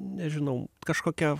nežinau kažkokia